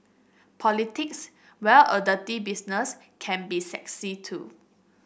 politics while a dirty business can be sexy too